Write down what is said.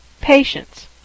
patience